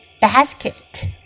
basket